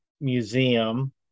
museum